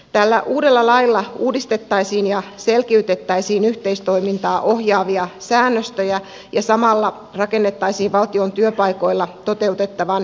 tällä uudella lailla uudistettaisiin ja selkiytettäisiin yhteistoimintaa ohjaavia säännöstöjä ja samalla rakennettaisiin valtion työpaikoilla toteutettavan yhteistoiminnan menettelytapoja